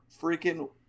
freaking